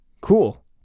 Cool